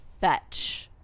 fetch